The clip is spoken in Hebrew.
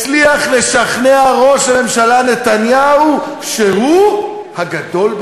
מזמן לא קראת בשמי.